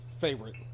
favorite